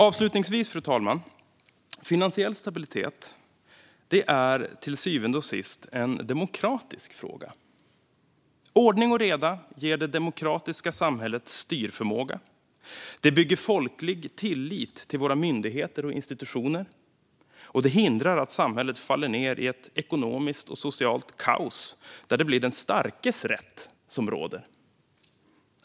Avslutningsvis, fru talman: Finansiell stabilitet är till syvende och sist en demokratisk fråga. Ordning och reda ger det demokratiska samhället styrförmåga, bygger folklig tillit till våra myndigheter och institutioner och hindrar att samhället faller ned i ett ekonomiskt och socialt kaos där det blir den starkes rätt som råder.